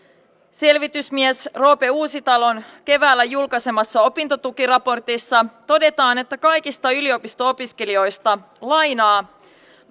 selvitysmies roope uusitalon keväällä julkaisemassa opintotukiraportissa todetaan että kaikista yliopisto opiskelijoista lainaa